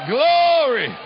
Glory